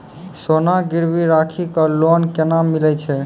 सोना गिरवी राखी कऽ लोन केना मिलै छै?